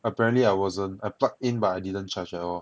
apparently I wasn't I plug in but I didn't charge at all